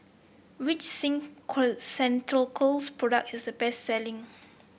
which Sing Ceuticals product is the best selling